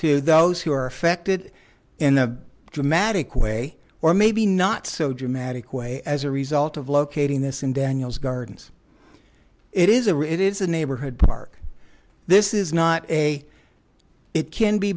to those who are affected in a dramatic way or maybe not so dramatic way as a result of locating this in daniel's gardens it is a or it is a neighborhood park this is not a it can be